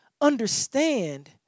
understand